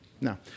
No